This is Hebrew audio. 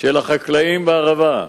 של החקלאים בערבה,